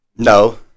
No